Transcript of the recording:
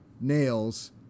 nails